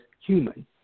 human